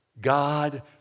God